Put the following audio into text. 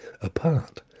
apart